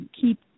keep